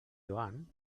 joan